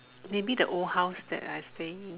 maybe the old house that I stay in